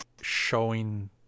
showing